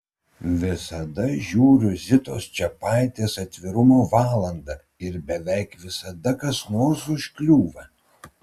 visada žiūriu zitos čepaitės atvirumo valandą ir beveik visada kas nors užkliūva